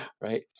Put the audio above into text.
right